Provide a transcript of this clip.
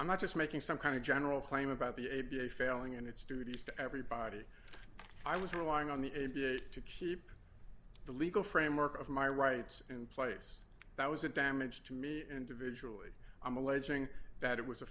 i'm not just making some kind of general claim about the a b a failing in its duties to everybody i was relying on the a b a to keep the legal framework of my rights in place that was it damage to me individually i'm alleging that it was a